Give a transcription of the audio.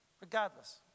regardless